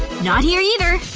not here either